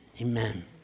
Amen